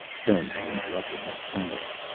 sternly interrupted mapfarity.